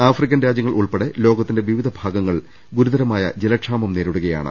African രാജ്യങ്ങൾ ഉൾപ്പെടെ ലോകത്തിന്റെ വിവിധ ഭാഗങ്ങൾ ഗുരുതരമായ ജലക്ഷാമം നേരിടുകയാണ്